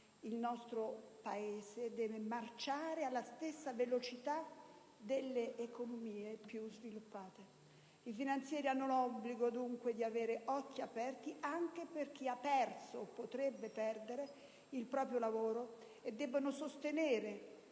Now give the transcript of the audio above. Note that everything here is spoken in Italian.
Il nostro Paese deve marciare alla stessa velocità delle economie più sviluppate. I finanzieri hanno l'obbligo, dunque, di avere occhi aperti anche per chi ha perso o potrebbe perdere il proprio lavoro e di sostenere,